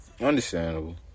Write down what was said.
Understandable